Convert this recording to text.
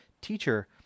Teacher